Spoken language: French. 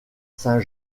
saint